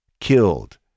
killed